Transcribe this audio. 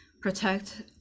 protect